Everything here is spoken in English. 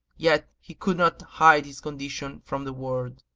yet he could not hide his condition from the world.